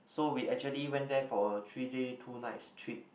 so we actually went there for a three day two nights trip